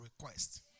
request